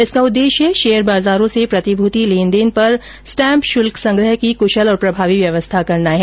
इसका उद्देश्य शेयर बाजारों से प्रतिभूति लेन देन पर स्टैम्प शुल्क संग्रह की कुशल और प्रभावी व्यवस्था करना है